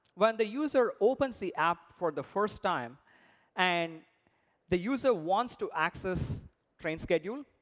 when the user opens the app for the first time and the user wants to access train schedules,